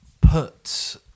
put